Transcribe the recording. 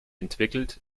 entwickelt